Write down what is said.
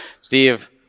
steve